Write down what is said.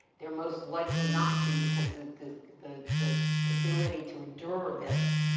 they're most likely not to because the, the, the, the ability to endure this